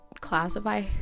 classify